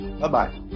Bye-bye